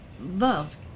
love